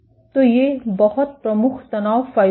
तो ये बहुत प्रमुख तनाव फाइबर हैं